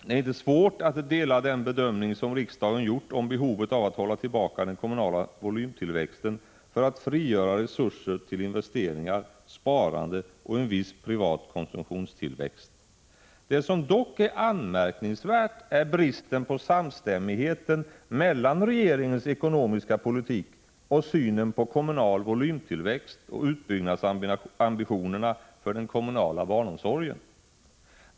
Det är inte svårt att dela den bedömning som riksdagen gjort om behovet av att hålla tillbaka den kommunala volymtillväxten för att frigöra resurser till investeringar, sparande och en viss privat konsumtionstillväxt. Det som dock är anmärkningsvärt är bristen på samstämmighet mellan regeringens ekonomiska politik och synen på kommunal volymtillväxt och utbyggnadsambitionerna för den kommunala barnomsorgen.